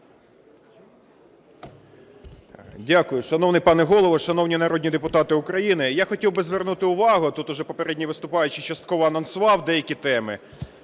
Дякую. Шановний пане Голово, шановні народні депутати України! Я хотів би звернути увагу, тут уже попередній виступаючий частково анонсував деякі теми.